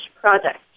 project